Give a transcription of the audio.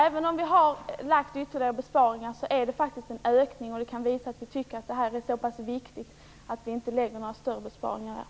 Även om vi har lagt fram förslag om ytterligare besparingar är det faktiskt en ökning på det här området. Det visar att vi tycker att detta är så viktigt att vi inte lägger några större besparingar här.